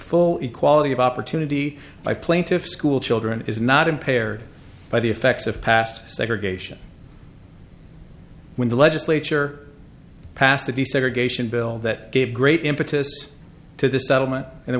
full equality of opportunity by plaintiffs schoolchildren is not impaired by the effects of past segregation when the legislature passed a desegregation bill that gave great impetus to the